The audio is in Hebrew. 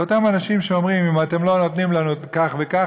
לאותם אנשים שאומרים: אם אתם לא נותנים לנו כך וכך,